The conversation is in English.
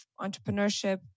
entrepreneurship